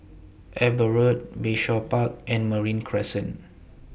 Eber Road Bayshore Park and Marine Crescent